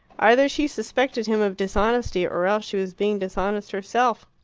either she suspected him of dishonesty, or else she was being dishonest herself.